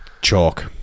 chalk